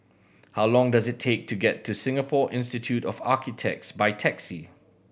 how long does it take to get to Singapore Institute of Architects by taxi